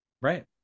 Right